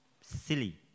silly